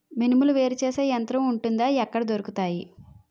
మినుములు వేరు చేసే యంత్రం వుంటుందా? ఎక్కడ దొరుకుతాయి?